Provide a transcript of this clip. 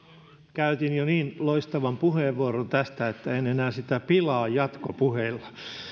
käytin jo niin loistavan puheenvuoron tästä että en enää sitä pilaa jatkopuheilla